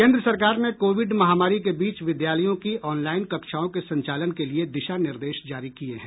केन्द्र सरकार ने कोविड महामारी के बीच विद्यालयों की ऑनलाइन कक्षाओं के संचालन के लिए दिशा निर्देश जारी किए हैं